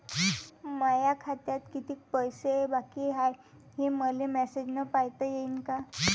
माया खात्यात कितीक पैसे बाकी हाय, हे मले मॅसेजन पायता येईन का?